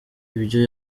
ibyo